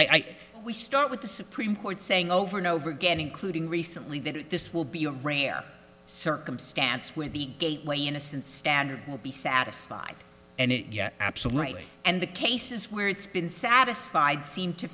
think we start with the supreme court saying over and over again including recently that this will be a rare circumstance where the gateway innocence standard will be satisfied and yes absolutely and the cases where it's been satisfied seem to